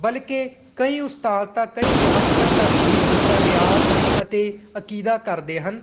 ਬਲਕਿ ਕਈ ਉਸਤਾਦ ਤਾਂ ਕਈ ਦਹਾਕਿਆਂ ਤੱਕ ਹੀ ਇਸ ਦਾ ਰਿਆਜ਼ ਅਤੇ ਅਕੀਦਾ ਕਰਦੇ ਹਨ